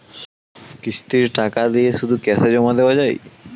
কিস্তির টাকা দিয়ে শুধু ক্যাসে জমা দেওয়া যায়?